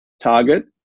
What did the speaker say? target